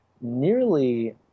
nearly